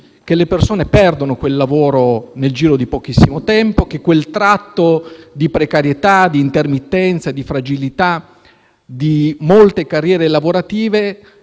che le persone possono perdere quel lavoro nel giro di pochissimo tempo, che quel tratto di precarietà, di intermittenza e di fragilità di molte carriere lavorative